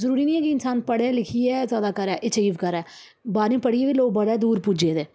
जरूरी निं ऐ कि इंसान पढ़ी लिखियै जादा करै अचीव करै बारमीं पढ़ियै बी लोग बड़े दूर पुज्जी दे